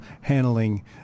handling